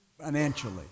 financially